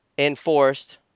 Enforced